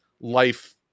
life